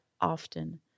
often